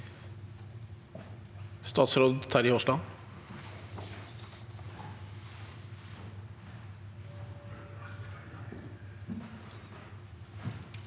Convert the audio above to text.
Statsråd Terje Aasland